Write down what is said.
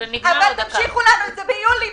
אבל תמשיכו לנו אותם ביולי,